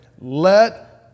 Let